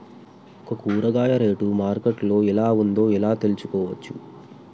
ఒక కూరగాయ rate market లో ఎలా ఉందో ఎలా తెలుసుకోవచ్చు?